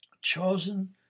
chosen